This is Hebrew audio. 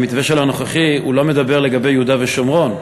במתווה הנוכחי הוא לא מדבר על יהודה ושומרון.